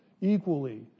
equally